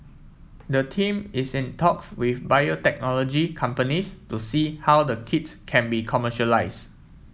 the team is in talks with biotechnology companies to see how the kits can be commercialised